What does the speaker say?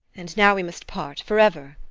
and now we must part! forever!